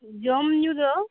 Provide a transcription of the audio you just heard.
ᱡᱚᱢ ᱧᱩᱫᱚ